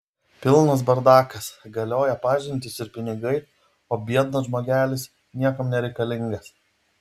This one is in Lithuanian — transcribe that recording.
pilnas bardakas galioja pažintys ir pinigai o biednas žmogelis niekam nereikalingas